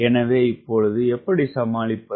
எனவே இப்பொழுது எப்படி சமாளிப்பது